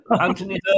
Anthony